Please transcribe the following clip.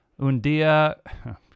Undia